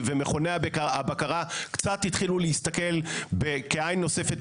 מכוני המחקר במכלול הסוגיות להיערכות